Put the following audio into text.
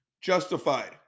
justified